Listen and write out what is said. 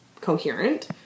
coherent